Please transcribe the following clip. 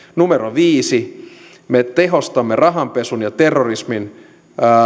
viisi me tehostamme rahanpesun ja terrorismin